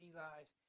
Eli's